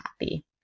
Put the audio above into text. happy